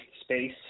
space